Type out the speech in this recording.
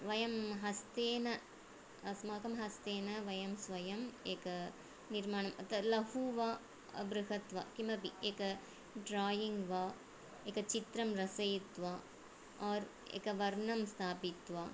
वयं हस्तेन अस्माकं हस्तेन वयं स्वयम् एकनिर्माणम् अत्र लघु वा बृहद्वा किमपि एकं ड्रायिङ्ग् वा एकचित्रं रचयित्वा ओर् एकवर्णं स्थापित्वा